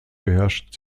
beherrschten